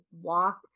walk